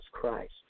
Christ